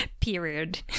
Period